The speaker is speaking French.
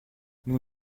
nous